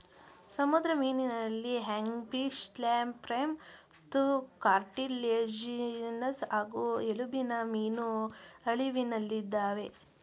ಸಮುದ್ರ ಮೀನಲ್ಲಿ ಹ್ಯಾಗ್ಫಿಶ್ಲ್ಯಾಂಪ್ರೇಮತ್ತುಕಾರ್ಟಿಲ್ಯಾಜಿನಸ್ ಹಾಗೂ ಎಲುಬಿನಮೀನು ಅಳಿವಿನಲ್ಲಿದಾವೆ